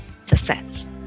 success